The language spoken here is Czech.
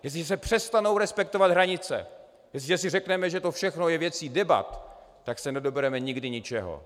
Jestliže se přestanou respektovat hranice, jestliže si řekneme, že to všechno je věcí debat, tak se nedobereme nikdy ničeho.